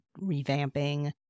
revamping